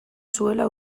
zuela